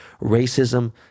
racism